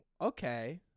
okay